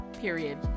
period